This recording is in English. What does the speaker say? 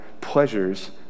pleasures